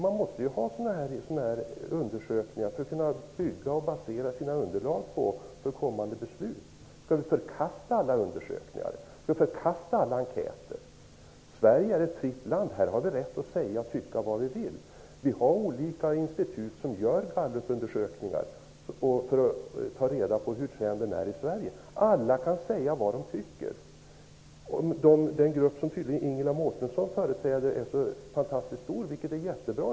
Man måste ju ha resultat från undersökningar för att kunna basera underlagen för kommande beslut på något. Skall vi förkasta alla undersökningar? Skall vi förkasta alla enkäter? Sverige är ett fritt land. Här har vi rätt att säga och tycka vad vi vill. Det finns olika institut som gör gallupundersökningar för att ta reda på hur trenden är i Sverige. Alla kan säga vad de tycker. Den grupp som Ingela Mårtensson företräder är tydligen fantastiskt stor. Det är i så fall jättebra.